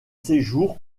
séjour